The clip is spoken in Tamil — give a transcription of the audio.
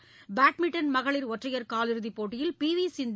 பேட்மின்டன் மகளிர் ஒற்றையர் காலிறுதிபோட்டியில் பி வி சிந்து